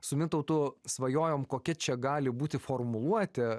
su mintautu svajojom kokia čia gali būti formuluotė